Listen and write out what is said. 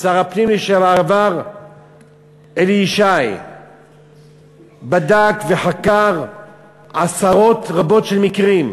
שר הפנים לשעבר אלי ישי בדק וחקר עשרות רבות של מקרים,